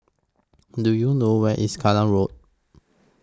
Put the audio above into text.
Do YOU know Where IS Kallang Road